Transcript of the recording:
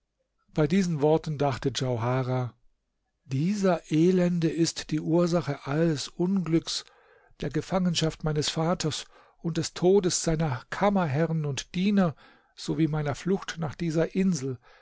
bei diesen worten dachte djauharah dieser elende ist die ursache alles unglücks der gefangenschaft meines vaters und des todes seiner kammerherrn und diener sowie meiner flucht nach dieser insel